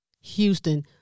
Houston